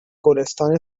گلستان